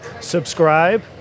subscribe